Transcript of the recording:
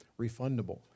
refundable